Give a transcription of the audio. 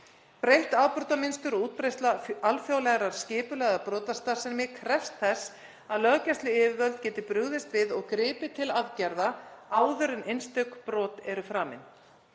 Breytt afbrotamynstur og útbreiðsla alþjóðlegrar skipulagðrar brotastarfsemi krefst þess að löggæsluyfirvöld geti brugðist við og gripið til aðgerða áður en einstök brot eru framin.